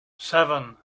seven